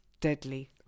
Deadly